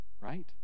Right